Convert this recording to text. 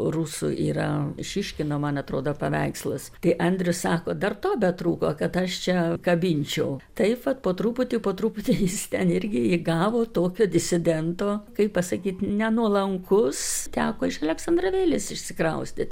rusų yra šiškino man atrodo paveikslas tai andrius sako dar to betrūko kad aš čia kabinčiau taip vat po truputį po truputį jis ten irgi įgavo tokio disidento kaip pasakyt nenuolankus teko iš aleksandravėlės išsikraustyt